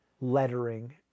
lettering